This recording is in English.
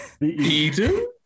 Eden